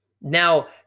Now